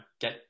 get